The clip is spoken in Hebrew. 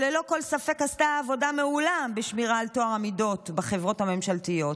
שללא כל ספק עשתה עבודה מעולה בשמירה על טוהר המידות בחברות הממשלתיות,